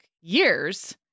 years